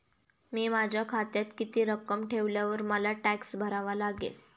मी माझ्या खात्यात किती रक्कम ठेवल्यावर मला टॅक्स भरावा लागेल?